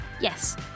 Yes